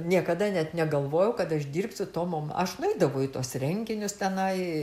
niekada net negalvojau kad aš dirbsiu tomo ma aš nueidavau į tuos renginius tenai